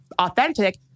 authentic